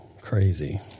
crazy